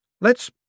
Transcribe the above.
Let's